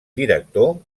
director